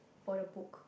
bought a book